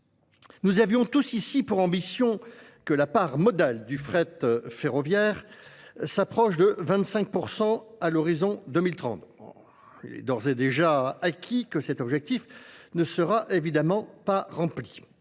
Nous avions tous ici pour ambition que la part modale du fret ferroviaire s'approche de 25% à l'horizon 2030. d'ores et déjà acquis que cet objectif ne sera évidemment pas rempli.